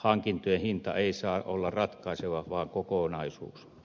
hankintojen hinta ei saa olla ratkaiseva vaan kokonaisuus